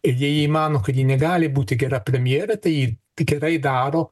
ir jei ji mano kad ji negali būti gera premjere tai tikrai daro